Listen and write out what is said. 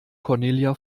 cornelia